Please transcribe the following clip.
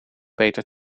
peter